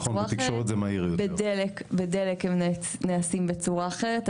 בדלק הם נעשים בצורה אחרת,